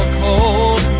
cold